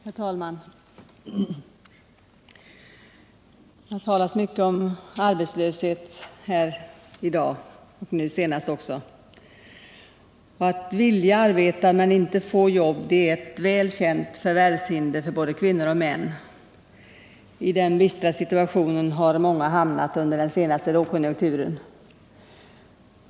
Herr talman! Det har i dag talats mycket om arbetslöshet, även i det senaste inlägget. Att vilja arbeta men inte få jobb är ett välkänt förvärvshinder för både kvinnor och män. I den bistra situationen har många hamnat under den senaste lågkonjunkturen.